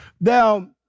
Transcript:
Now